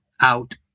out